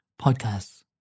podcasts